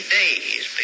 days